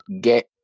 get